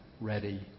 ready